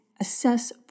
assess